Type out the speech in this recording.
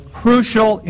crucial